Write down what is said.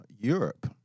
Europe